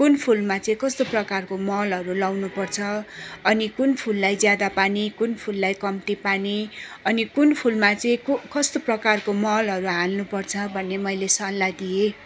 कुन फुलमा चाहिँ कस्तो प्रकारको मलहरू लाउनु पर्छ अनि कुन फुललाई ज्यादा पानी कुन फुललाई कम्ती पानी अनि कुन फुलमा चाहिँ कस्तो प्रकारको मलहरू हाल्नु पर्छ भन्ने मैले सल्लाह दिएँ